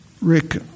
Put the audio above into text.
Rick